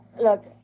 look